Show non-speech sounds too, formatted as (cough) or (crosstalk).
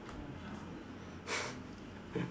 (laughs)